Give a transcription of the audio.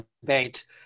debate